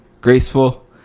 graceful